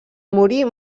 morir